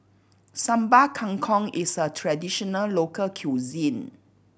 Sambal Kangkong is a traditional local cuisine